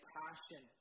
passion